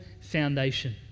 foundation